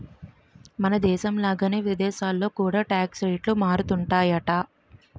మనదేశం లాగానే విదేశాల్లో కూడా టాక్స్ రేట్లు మారుతుంటాయట